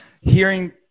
hearing